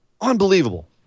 Unbelievable